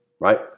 right